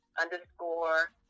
underscore